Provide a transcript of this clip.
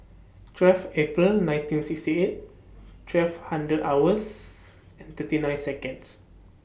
twelve April nineteen sixty eight twelve hundred hours and thirty nine Seconds